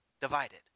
divided